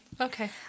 Okay